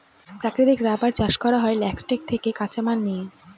প্রাকৃতিক রাবার চাষ করা হয় ল্যাটেক্স থেকে কাঁচামাল নিয়ে